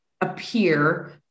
appear